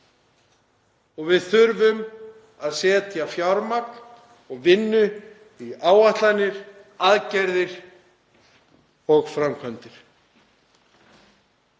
að. Við þurfum að setja fjármagn og vinnu í áætlanir, aðgerðir og framkvæmdir.